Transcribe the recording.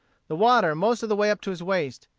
the water most of the way up to his waist,